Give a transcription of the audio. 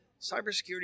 cybersecurity